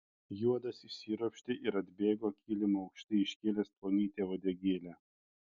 juodas išsiropštė ir atbėgo kilimu aukštai iškėlęs plonytę uodegėlę